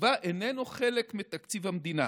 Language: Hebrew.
ותקציבה איננו חלק מתקציב המדינה.